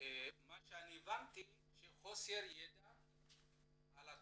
היא חוסר ידע על התכנית,